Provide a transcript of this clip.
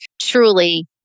truly